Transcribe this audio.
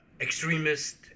extremist